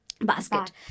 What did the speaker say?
basket